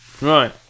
Right